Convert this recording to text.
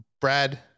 Brad